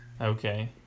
okay